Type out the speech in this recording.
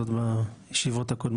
אני לא רואה צורך לחזור על הדברים.